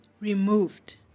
removed